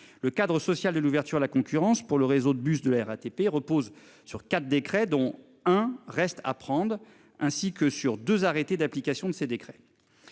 Le cadre social de l'ouverture à la concurrence pour le réseau de bus de la RATP repose sur 4 décrets dont un reste à prendre, ainsi que sur deux arrêtés d'application de ces décrets.